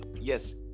yes